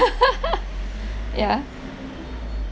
yeah